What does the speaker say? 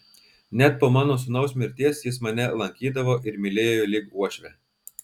net po mano sūnaus mirties jis mane lankydavo ir mylėjo lyg uošvę